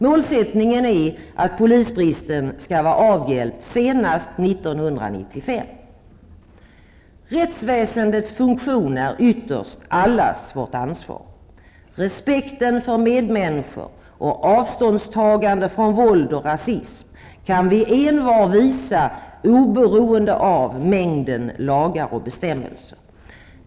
Målsättningen är att polisbristen skall vara avhjälpt senast år 1995. Rättsväsendets funktion är ytterst allas vårt ansvar. Respekten för medmänniskor och avståndstagande från våld och rasism kan vi envar visa oberoende av mängden lagar och bestämmelser.